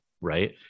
right